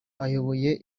ayoboye